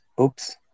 Oops